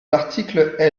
l’article